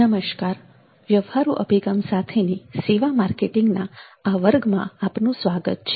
નમસ્કાર વ્યવહારુ અભિગમ સાથેની સેવા માર્કેટિંગના આ વર્ગમાં આપનું સ્વાગત છે